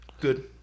Good